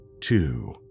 two